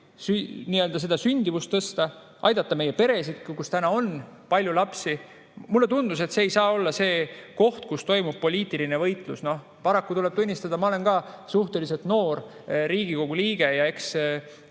[kuidas] sündimust tõsta, aidata meie peresid, kus täna on palju lapsi. Mulle tundus, et see ei saa olla see koht, kus toimub poliitiline võitlus. Paraku tuleb tunnistada – ma olen ka suhteliselt noor Riigikogu liige ja eks